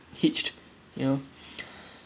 hitched you know